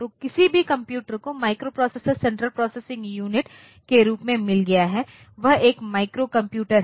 तो किसी भी कंप्यूटर को माइक्रोप्रोसेसर सेंट्रल प्रोसेसिंग यूनिट के रूप में मिल गया है वह एक माइक्रो कंप्यूटर है